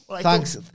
Thanks